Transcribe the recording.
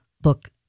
book